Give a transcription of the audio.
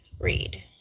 read